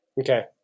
Okay